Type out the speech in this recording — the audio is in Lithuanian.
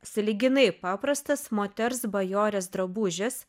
sąlyginai paprastas moters bajorės drabužis